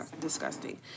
disgusting